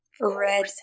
red